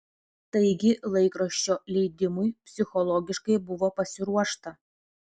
taigi laikraščio leidimui psichologiškai buvo pasiruošta